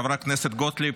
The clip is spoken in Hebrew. חברת הכנסת גוטליב,